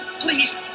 please